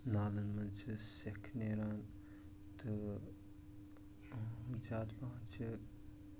نالَن منٛز چھِ سٮ۪کھ نیران تہٕ زیادٕ پَہَن چھِ